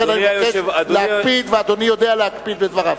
לכן אני מבקש להקפיד, ואדוני יודע להקפיד בדבריו.